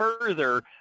further